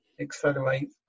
accelerate